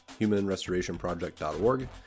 humanrestorationproject.org